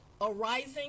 arising